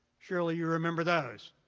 surely you remember those.